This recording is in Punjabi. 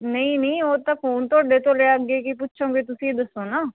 ਨਹੀਂ ਨਹੀਂ ਉਹ ਤਾਂ ਫੋਨ ਤੁਹਾਡੇ ਤੋਂ ਲਿਆ ਅੱਗੇ ਕੀ ਪੁੱਛੋਗੇ ਤੁਸੀਂ ਦੱਸੋ ਨਾ